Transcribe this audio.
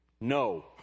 no